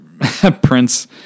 Prince